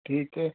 ਠੀਕ ਹੈ